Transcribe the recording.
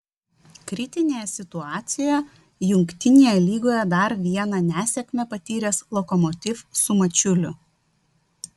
kritinėje situacijoje jungtinėje lygoje dar vieną nesėkmę patyręs lokomotiv su mačiuliu